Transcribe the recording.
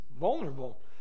vulnerable